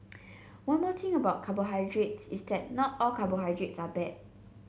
one more thing about carbohydrates is that not all carbohydrates are bad